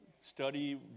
study